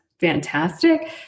fantastic